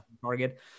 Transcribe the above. target